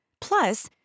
Plus